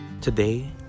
Today